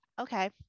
okay